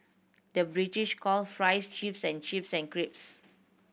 the British call fries chips and chips and crisps